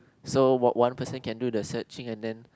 so what one person can do the searching and then